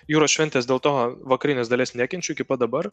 jūros šventės dėl to vakarinės dalies nekenčiu iki pat dabar